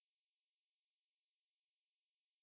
like you know F&B server